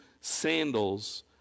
sandals